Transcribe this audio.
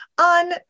on